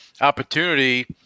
opportunity